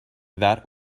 that